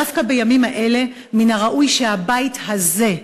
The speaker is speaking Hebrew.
דווקא בימים האלה מן הראוי שהבית הזה,